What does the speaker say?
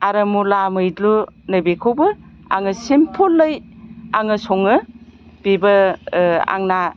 आरो मुला मैद्रु नै बिखौबो आङो सिमफोल आङो सङो बेबो आंना